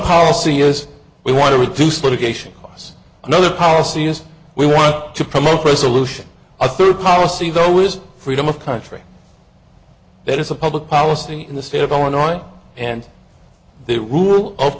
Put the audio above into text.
policy yes we want to reduce litigation costs another policy is we want to promote resolution a third policy though is freedom a country that is a public policy in the state of illinois and the rule of